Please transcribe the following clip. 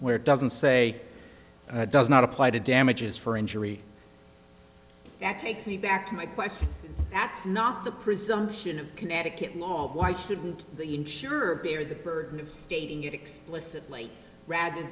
where it doesn't say does not apply to damages for injury that takes me back to my question that's not the presumption of connecticut law why shouldn't the insurer bear the burden of stating it explicitly rather